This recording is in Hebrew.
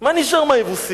מה נשאר מהיבוסים?